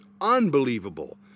unbelievable